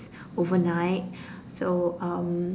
overnight so um